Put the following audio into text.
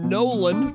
Nolan